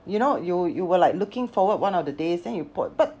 you know you you were like looking forward one of the days then you pour but